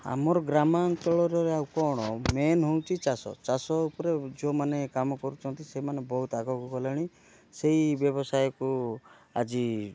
ଆମର ଗ୍ରାମାଞ୍ଚଳରେ ଆଉ କ'ଣ ମେନ୍ ହେଉଛି ଚାଷ ଚାଷ ଉପରେ ଯେଉଁମାନେ କାମ କରୁଛନ୍ତି ସେମାନେ ବହୁତ ଆଗକୁ ଗଲେଣି ସେଇ ବ୍ୟବସାୟକୁ ଆଜି